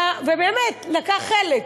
בא ובאמת לקח חלק,